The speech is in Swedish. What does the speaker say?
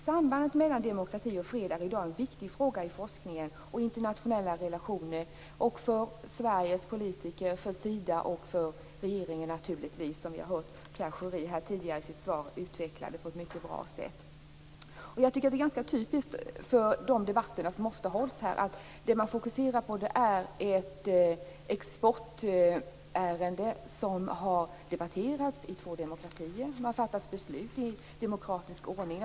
Sambandet mellan demokrati och fred är i dag en viktig fråga i forskningen liksom internationella relationer, också för Sveriges politiker, Sida och naturligtvis för regeringen, vilket vi tidigare hörde Pierre Schori utveckla på ett mycket bra sätt i sitt svar. Jag tycker att det är ganska typiskt för de debatter som ofta hålls här att det man fokuserar på är ett exportärende som har debatterats i två demokratier. Det har fattats beslut i demokratisk ordning.